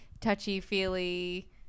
touchy-feely